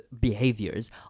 behaviors